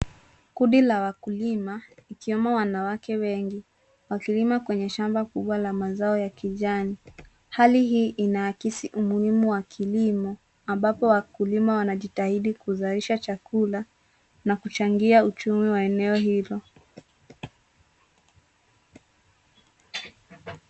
Kundi la wakulima, ikiwemo wanawake wengi, wakilima kwenye shamba kubwa la mazao ya kijani. Hali hii inaakisi umuhimu wa kilimo ambapo wakulima wanajitahidi kuzalisha chakula na kuchangia uchumi wa eneo hilo.